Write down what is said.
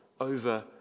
over